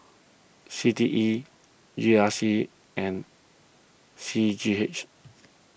C T E G R C and C G H